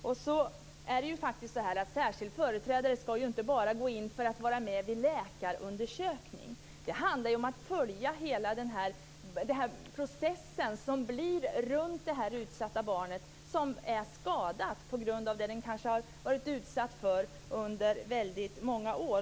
En särskild företrädare ska ju inte bara vara med vid läkarundersökningen, utan han ska vara med i hela den process som sker runt det utsatta barnet som kanske är skadat på grund av det som barnet har varit utsatt för i väldigt många år.